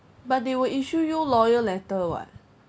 but they will issue you lawyer letter [what]